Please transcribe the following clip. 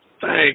Thanks